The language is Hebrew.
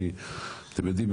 אתם יודעים,